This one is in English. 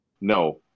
No